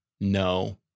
No